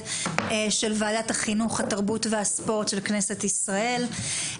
של ועדת החינוך התרבות והספורט של כנסת ישראל.